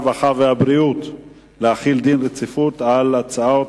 הרווחה והבריאות להחיל דין רציפות על הצעות